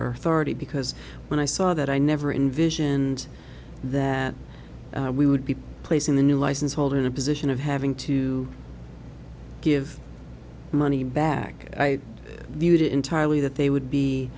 earth already because when i saw that i never envisioned that we would be placing the new license holder in a position of having to give money back i viewed it entirely that they would be